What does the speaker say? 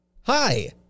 Hi